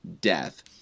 death